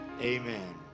amen